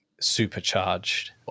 supercharged